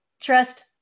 trust